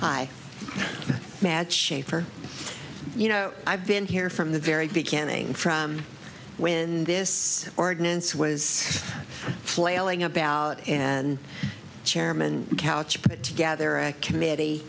hi matt shafer you know i've been here from the very beginning when this ordinance was flailing about and chairman couch put together a committee